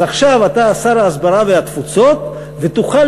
אז עכשיו אתה שר ההסברה והתפוצות ותוכל